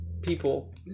people